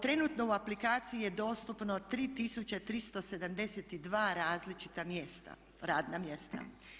Trenutno u aplikaciji je dostupno 3372 različita mjesta, radna mjesta.